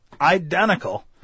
identical